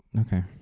Okay